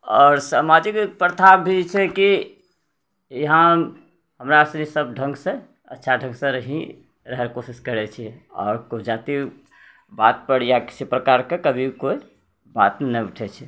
आओर सामाजिक प्रथा भी छै की यहाँ हमरासुनी सब ढङ्ग सँ अच्छा ढङ्ग सँ रही रहैके कोशिश करै छी आओर किछु जाति बातपर या किसी प्रकारके कभी भी कोइ बात नहि उठै छै